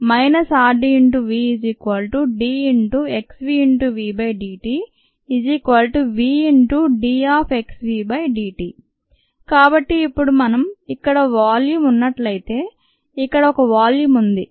rdVdxvVdtVdxvdt కాబట్టి ఇప్పుడు మనం ఇక్కడ ఒక వాల్యూం ఉన్నట్లయితే ఇక్కడ ఒక వాల్యూం ఉంది